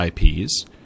IPs